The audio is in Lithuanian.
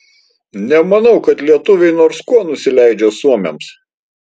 nemanau kad lietuviai nors kuo nusileidžia suomiams